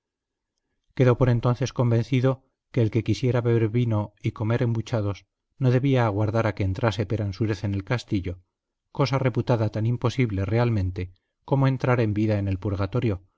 quedó por entonces convencido que el que quisiera beber vino y comer embuchados no debía aguardar a que entrase peransúrez en el castillo cosa reputada tan imposible realmente como entrar en vida en el purgatorio